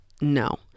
No